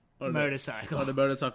motorcycle